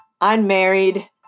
Unmarried